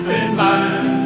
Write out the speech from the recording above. Finland